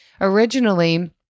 Originally